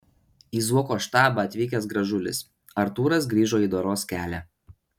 į zuoko štabą atvykęs gražulis artūras grįžo į doros kelią